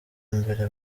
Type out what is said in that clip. mbere